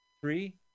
three